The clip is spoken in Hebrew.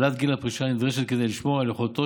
העלאת גיל הפרישה נדרשת כדי לשמור על יכולתו